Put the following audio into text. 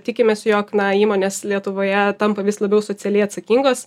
tikimės jog na įmonės lietuvoje tampa vis labiau socialiai atsakingos